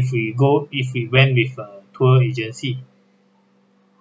if we go if we went with a tour agency